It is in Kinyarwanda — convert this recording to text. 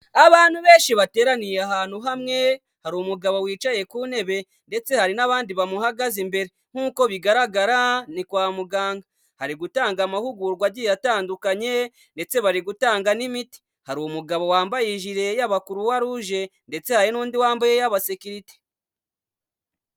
Abantu benshi bateraniye ahantu hamwe, hari umugabo wicaye ku ntebe ndetse hari n'abandi bamuhagaze imbere, nk'uko bigaragara ni kwa muganga, hari gutanga amahugurwa agiye atandukanye ndetse bari gutanga n'imiti. Hari umugabo wambaye ijire y'aba kuruwaruje ndetse hari n'undi wambaye iy'abasekirite.